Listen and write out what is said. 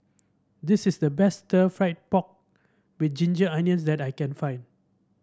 this is the best Stir Fried Pork with Ginger Onions that I can find